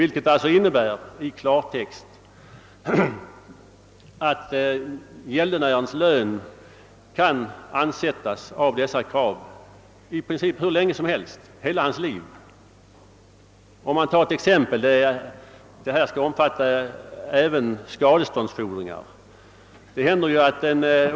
Detta innebär i klartext att gäldenärens lön kan ansättas av dessa krav i all framtid. Låt mig ta ett exempel. Institutet skall kunna användas för indrivning även av skadestånd.